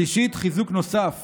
שלישית, חיזוק נוסף